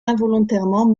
involontairement